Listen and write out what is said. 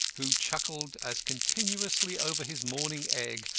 who chuckled as continuously over his morning egg,